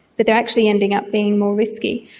but they're actually ending up being more risky.